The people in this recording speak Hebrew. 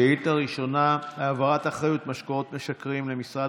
שאילתה ראשונה: העברת האחריות על משקאות משכרים למשרד